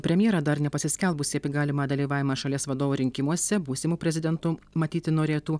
premjerą dar nepasiskelbusį apie galimą dalyvavimą šalies vadovo rinkimuose būsimu prezidentu matyti norėtų